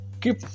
keep